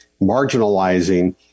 marginalizing